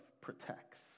protects